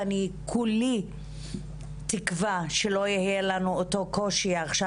ואני כולי תקווה שלא יהיה לנו אותו קושי עכשיו.